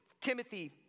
Timothy